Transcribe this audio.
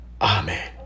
Amen